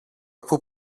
που